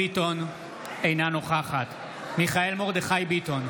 אינה נוכחת מיכאל מרדכי ביטון,